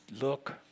Look